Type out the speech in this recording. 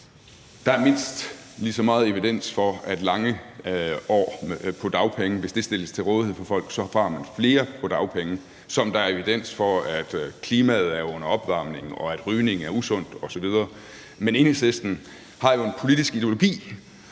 Der er mindst lige så meget evidens for, at hvis mange år på dagpenge stilles til rådighed for folk, så får man flere på dagpenge, som der er evidens for, at klimaet er under opvarmning, at rygning er usundt, osv. Men Enhedslisten har jo en politisk ideologi,